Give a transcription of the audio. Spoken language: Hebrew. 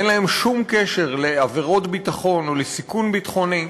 אין להם שום קשר לעבירות ביטחון או לסיכון ביטחוני,